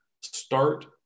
start